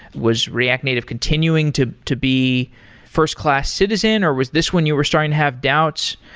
was react native continuing to to be first-class citizen, or was this one you were starting to have doubts?